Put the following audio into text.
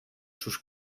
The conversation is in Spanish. sus